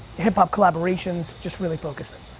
hip hop collaborations, just really focusing.